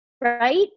Right